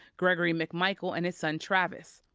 gregory mcmichael and his son travis.